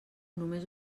només